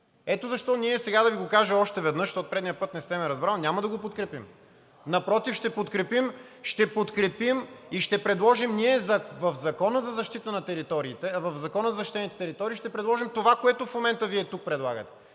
Ето защо ние – сега да Ви кажа още веднъж, защото предишния път не сте ме разбрали, няма да го подкрепим. Напротив, ще подкрепим и ще предложим ние в Закона за защитените територии, ще предложим това, което в момента Вие тук предлагате,